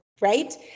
right